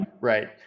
right